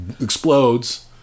explodes